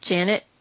Janet